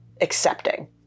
accepting